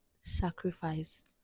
sacrifice